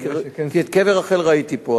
כי את קבר רחל ראיתי פה,